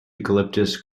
eucalyptus